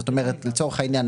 לצורך העניין,